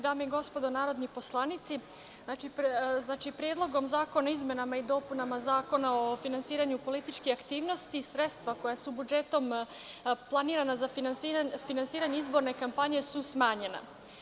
Dame i gospodo narodni poslanici, Predlogom zakona o izmenama i dopunama Zakona o finansiranju političke aktivnosti sredstva koja su budžetom planirana za finansiranje izborne kampanje su smanjena.